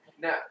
Now